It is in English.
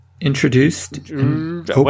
introduced